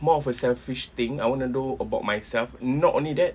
more of a selfish thing I want to know about myself not only that